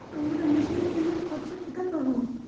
আমরা মেশিন কেনার খরচা কোথায় পাবো?